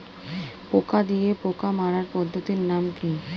পোকা দিয়ে পোকা মারার পদ্ধতির নাম কি?